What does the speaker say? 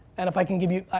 and if i can give you,